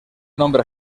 nombre